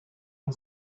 and